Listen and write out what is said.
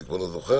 אני כבר לא זוכר.